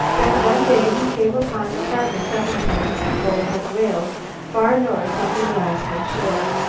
then, one day he came upon the carcass of an immense bowhead whale far north on the alaskan shore.